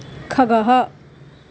खगः